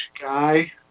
guy